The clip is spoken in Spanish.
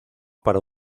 para